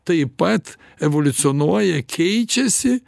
taip pat evoliucionuoja keičiasi